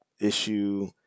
issue